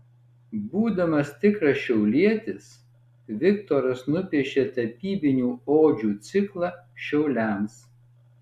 būdamas tikras šiaulietis viktoras nupiešė tapybinių odžių ciklą šiauliams